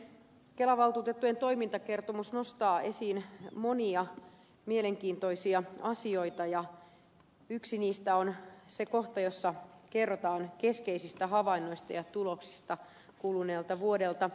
kelan valtuutettujen toimintakertomus nostaa esiin monia mielenkiintoisia asioita ja yksi niistä on se kohta jossa kerrotaan keskeisistä havainnoista ja tuloksista kuluneelta vuodelta